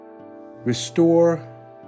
restore